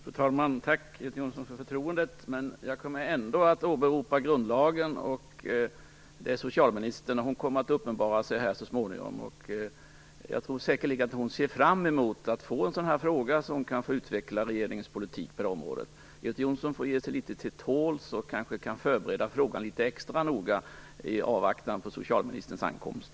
Fru talman! Tack för förtroendet, Göte Jonsson, men jag kommer ändå att åberopa grundlagen. Socialministern kommer att uppenbara sig här så småningom. Hon ser säkerligen fram emot att få en sådan fråga så att hon kan få utveckla regeringens politik på området. Göte Jonsson får ge sig litet till tåls. Han kan kanske förbereda frågan litet extra noga i avvaktan på socialministerns ankomst.